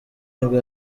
nibwo